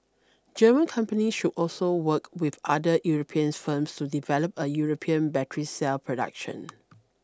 German companies should also work with other European firms to develop a European battery cell production